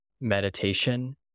meditation